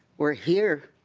we are here.